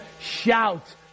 Shout